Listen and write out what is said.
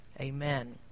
Amen